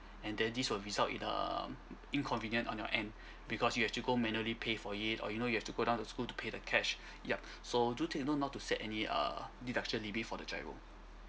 and then this will result in um inconvenient on your end because you have to go manually pay for it or you know you have to go down to school to pay the cash yup so do take note not to set any err deduction limit for the GIRO